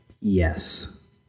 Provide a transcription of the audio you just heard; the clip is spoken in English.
Yes